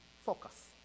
focus